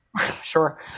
Sure